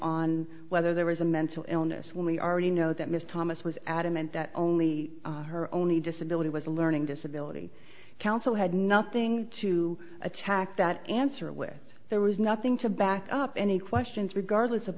on whether there was a mental illness when we already know that ms thomas was adamant that only her only disability was a learning disability counsel had nothing to attack that answer with there was nothing to back up any questions regard